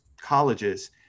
colleges